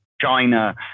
China